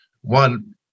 one